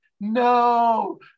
no